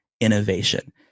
innovation